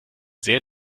sehr